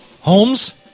Holmes